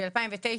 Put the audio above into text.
ב-2009,